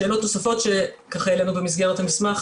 שאלות נוספות שהעלינו במסגרת המסמך,